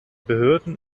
behörden